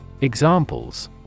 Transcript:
Examples